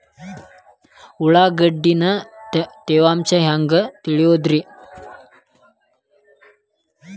ಉಳ್ಳಾಗಡ್ಯಾಗಿನ ತೇವಾಂಶ ಹ್ಯಾಂಗ್ ತಿಳಿಯೋದ್ರೇ?